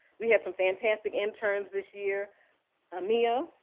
we had some fantastic interns this year em'mia,